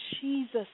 Jesus